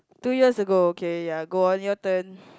two years ago okay ya go on your turn